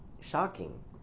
shocking